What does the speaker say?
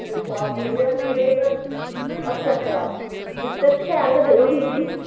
अच्छा अच्छा ते शैल गै देओ बीर जी